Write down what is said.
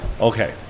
okay